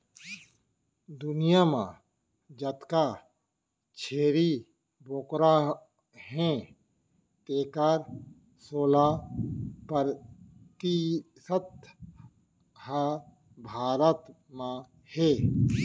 दुनियां म जतका छेरी बोकरा हें तेकर सोला परतिसत ह भारत म हे